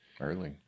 Early